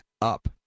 up